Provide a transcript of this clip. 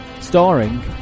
Starring